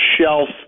shelf